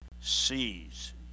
sees